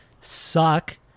suck